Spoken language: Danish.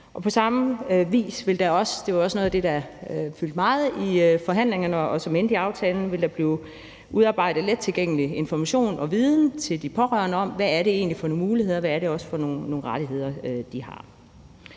aftalen – blive udarbejdet let tilgængelig information og viden til de pårørende om, hvad det egentlig er for nogle muligheder og rettigheder, de har.